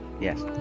Yes